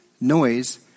noise